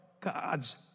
God's